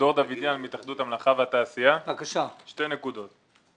שתי נקודות.